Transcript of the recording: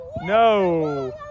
No